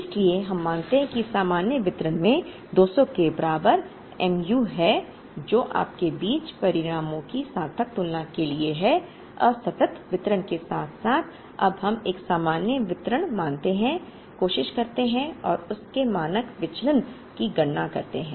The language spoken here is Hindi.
इसलिए हम मानते हैं कि सामान्य वितरण में 200 के बराबर mu है जो आप के बीच परिणामों की सार्थक तुलना के लिए है असतत वितरण के साथ साथ अब हम एक सामान्य वितरण मानते हैं कोशिश करते हैं और उस के मानक विचलन की गणना करते हैं